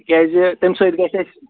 تِکیٛازِ تَمہِ سۭتۍ گژھِ اَسہِ